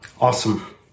Awesome